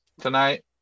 tonight